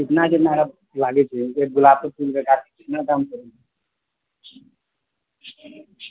कितना कितना लागैत छै एक गुलाबके फूलके गाछके कितना दाम परैत छै